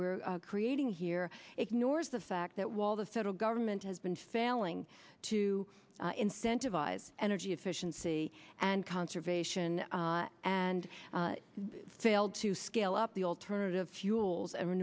we're creating here ignores the fact that while the federal government has been failing to incentivize energy efficiency and conservation and failed to scale up the alternative fuels